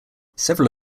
several